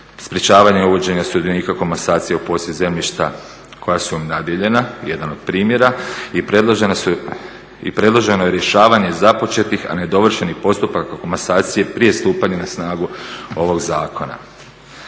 sprječavanje uvođenja sudionika komasacija u posjed zemljišta koja su im nadjeljena, jedan od primjera i predloženo je rješavanje započetih, a nedovršenih postupaka komasacije prije stupanja na snagu ovog zakona.